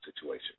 situation